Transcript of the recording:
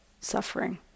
suffering